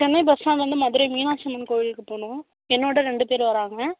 Chennai bus ஸ்டாண்ட்லேருந்து மதுரை மீனாட்சி அம்மன் கோயிலுக்குப் போகணும் என்னோட ரெண்டு பேர் வர்றாங்க